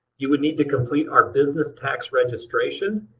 you would need to complete our business tax registration,